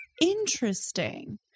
interesting